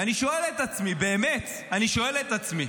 ואני שואל את עצמי, באמת, אני שואל את עצמי,